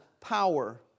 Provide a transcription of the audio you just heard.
power